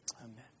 Amen